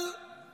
אבל גם